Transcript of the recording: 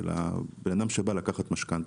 של אדם שבא לקחת משכנתה.